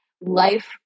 life